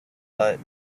but